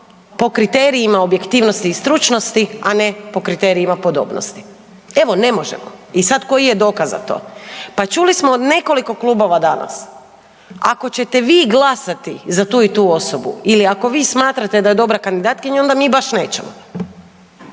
po kriterijima objektivnosti i stručnosti, a ne po kriterijima podobnosti. Evo ne možemo. I sad koji je dokaz za to? Pa čuli smo od nekoliko klubova danas, ako ćete vi glasati za tu i tu osobu ili ako vi smatrate da je dobra kandidatkinja, onda mi baš nećemo.